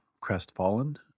crestfallen